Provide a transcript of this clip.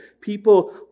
people